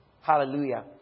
Hallelujah